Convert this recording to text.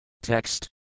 Text